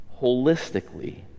holistically